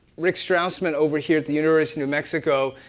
rick strassman over here at the university of mexico,